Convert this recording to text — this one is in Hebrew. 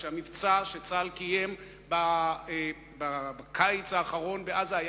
שהמבצע שצה"ל קיים בקיץ האחרון בעזה היה